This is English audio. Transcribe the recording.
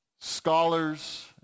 scholars